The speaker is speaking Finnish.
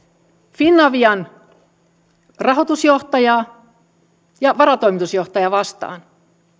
finavian rahoitusjohtajaa ja varatoimitusjohtajaa vastaan